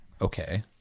okay